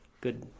Good